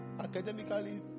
academically